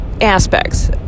aspects